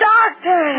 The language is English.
Doctor